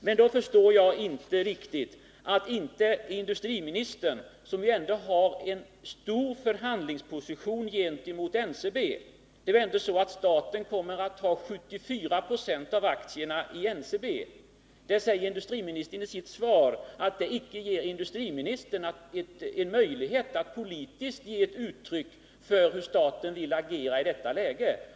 Men då förstår jag inte riktigt att industriministern, som ändå har en stark förhandlingsposition gentemot NCB — staten kommer ju att ha 74 96 av aktierna i NCB - i sitt svar säger att han inte har möjlighet att politiskt ge uttryck för hur staten vill agera i detta läge.